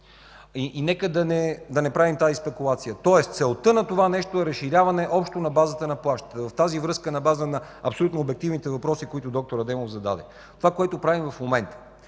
И нека да не правим тази спекулация. Тоест целта на това нещо е разширяване общо на базата на плащане. В тази връзка на база на абсолютно обективните въпроси, които д-р Адемов зададе. Това, което правим в момента.